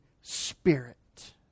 spirit